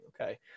okay